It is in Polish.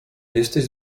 jesteś